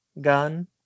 gun